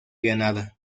granada